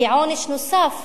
כעונש נוסף,